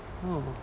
oh